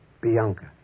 Bianca